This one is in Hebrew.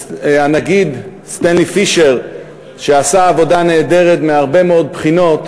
הנגיד סטנלי פישר שעשה עבודה נהדרת מהרבה מאוד בחינות,